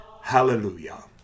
Hallelujah